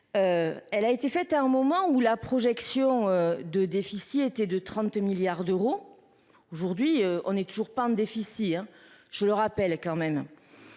Elle a été faite à un moment où la projection de déficit était de 30 milliards d'euros. Aujourd'hui, on est toujours pas en déficit hein je le rappelle quand même.